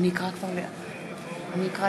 מצביע